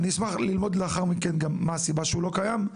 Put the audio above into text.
אני אשמח ללמוד לאחר מכן גם מה הסיבה שהוא לא קיים.